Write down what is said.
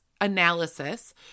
analysis